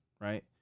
right